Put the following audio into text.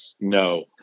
no